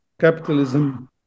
capitalism